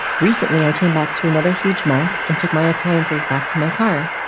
recently i came back to another huge mess and took my appliances back to my car.